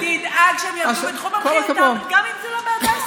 תדאג שהם יעבדו בתחום מומחיותם,